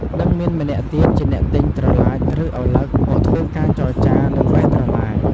និងមានម្នាក់ទៀតជាអ្នកទិញត្រឡាចឬឪឡឹកមកធ្វើការចរចានិងបេះត្រឡាច។